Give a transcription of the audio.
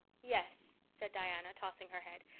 yes, said diana, tossing her head,